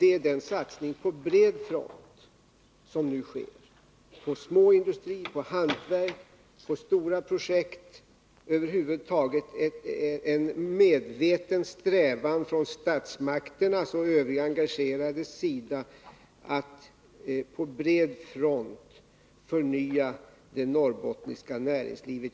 Det är den satsning på bred front som nu sker på småindustri, på hantverk och på stora projekt — över huvud taget en medveten strävan från statsmakternas och övriga engagerades sida att förnya det norrbottniska näringslivet.